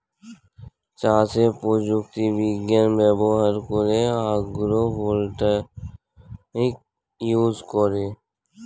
চাষে প্রযুক্তি বিজ্ঞান ব্যবহার করে আগ্রো ভোল্টাইক ইউজ করে